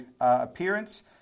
appearance